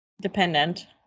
Dependent